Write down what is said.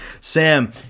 Sam